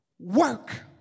Work